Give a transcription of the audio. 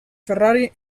ferrari